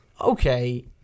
Okay